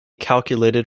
calculated